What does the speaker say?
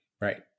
right